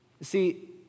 see